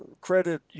credit